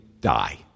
die